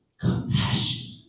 compassion